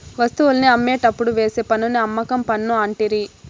వస్తువుల్ని అమ్మేటప్పుడు వేసే పన్నుని అమ్మకం పన్ను అంటిరి